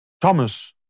Thomas